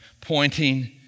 pointing